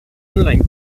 online